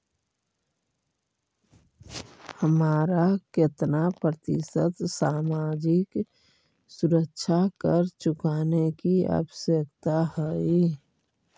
हमारा केतना प्रतिशत सामाजिक सुरक्षा कर चुकाने की आवश्यकता हई